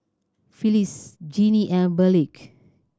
Phylis Gennie and Burleigh